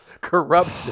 corruption